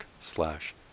slash